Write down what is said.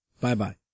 bye-bye